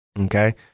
okay